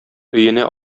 өенә